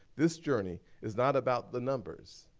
this journey is not about the numbers.